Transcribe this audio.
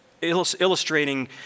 Illustrating